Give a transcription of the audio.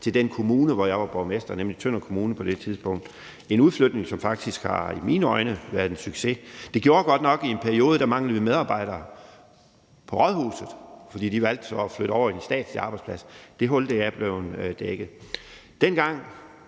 til den kommune, jeg var borgmester i på det tidspunkt, nemlig Tønder Kommune. Det er en udflytning, som faktisk i mine øjne har været en succes. Det gjorde godt nok, at vi i en periode manglede medarbejdere på rådhuset, fordi de valgte at flytte over til de statslige arbejdspladser. Det hul er blevet dækket.